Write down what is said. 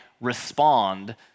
respond